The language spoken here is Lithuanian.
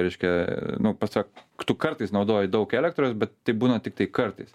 reiškia pasak tu kartais naudoju daug elektros bet taip būna tiktai kartais